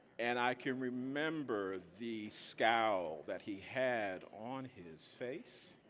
and i can remember the scowl that he had on his face